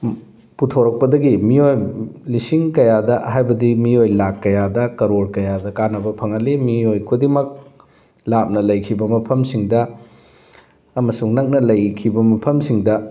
ꯄꯨꯊꯣꯔꯛꯄꯗꯒꯤ ꯃꯤꯑꯣꯏ ꯂꯤꯁꯤꯡ ꯀꯌꯥꯗ ꯍꯥꯏꯕꯗꯤ ꯃꯤꯑꯣꯏ ꯂꯥꯛ ꯀꯌꯥꯗ ꯀꯔꯣꯔ ꯀꯌꯥꯗ ꯀꯥꯟꯅꯕ ꯐꯪꯍꯜꯂꯤ ꯃꯤꯑꯣꯏ ꯈꯨꯗꯤꯡꯃꯛ ꯂꯥꯞꯅ ꯂꯩꯈꯤꯕ ꯃꯐꯝꯁꯤꯡꯗ ꯑꯃꯁꯨꯡ ꯅꯛꯅ ꯂꯩꯈꯤꯕ ꯃꯐꯝꯁꯤꯡꯗ